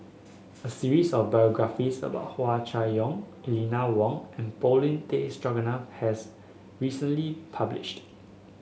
a series of biographies about Hua Chai Yong Eleanor Wong and Paulin Tay Straughan has recently published